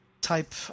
type